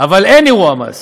אבל אין אירוע מס.